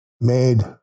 made